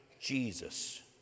Jesus